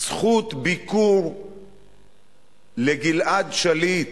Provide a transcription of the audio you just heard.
זכות ביקור לגלעד שליט.